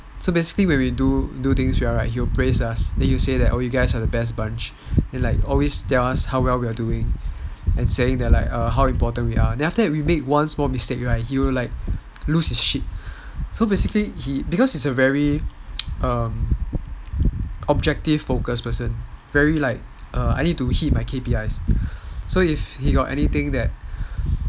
so basically when we do things well he will praise us like oh you guys are the best bunch then like always tell us how well we're doing and saying like how important we are then after that we make one small mistake right he will like lose his shit because he is a very um objective focused person very like I need to hit my K_P_I so if he got like anything that